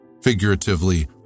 Figuratively